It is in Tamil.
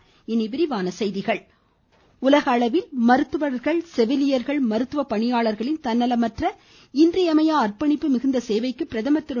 ம் ம் ம் ம் ம பிரதமர் உலக அளவில் மருத்துவர்கள் செவிலியர்கள் மருத்துவ பணியாளர்களின் தன்னலமற்ற இன்றியமையா அர்ப்பணிப்பு மிகுந்த சேவைக்கு பிரதமர் திரு